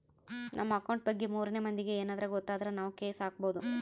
ನಮ್ ಅಕೌಂಟ್ ಬಗ್ಗೆ ಮೂರನೆ ಮಂದಿಗೆ ಯೆನದ್ರ ಗೊತ್ತಾದ್ರ ನಾವ್ ಕೇಸ್ ಹಾಕ್ಬೊದು